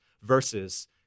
versus